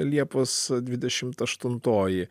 liepos dvidešimt aštuntoji